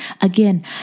Again